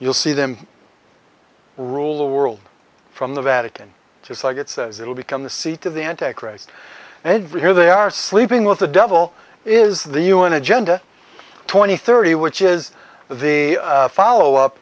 you'll see them rule the world from the vatican just like it says it will become the seat of the anti christ and every year they are sleeping with the devil is the u n agenda twenty thirty which is the follow up